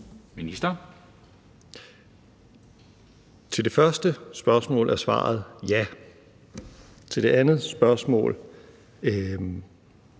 Hækkerup): Til det første spørgsmål er svaret: Ja. Til det andet spørgsmål